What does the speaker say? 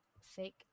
fake